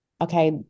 okay